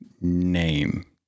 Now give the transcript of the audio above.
name